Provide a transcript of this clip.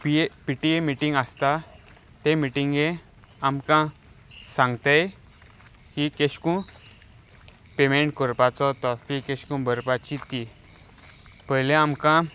P A P T A meeting आसता ते मिटींगे आमकां सांगतात की कशे करून पेमेंट करपाचो तो फी कशे करून भरपाची ती पयले आमकां